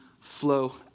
flow